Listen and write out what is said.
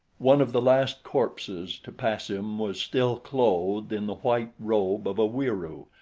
one of the last corpses to pass him was still clothed in the white robe of a wieroo,